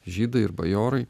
žydai ir bajorai